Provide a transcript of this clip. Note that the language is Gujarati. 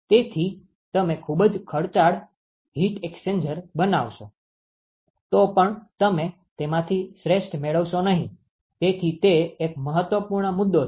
તેથી તમે ખૂબ જ ખર્ચાળ હીટ એક્સ્ચેન્જર બનાવશો તો પણ તમે તેમાંથી શ્રેષ્ઠ મેળવશો નહીં તેથી તે એક મહત્વપૂર્ણ મુદ્દો છે